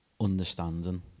understanding